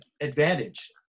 advantage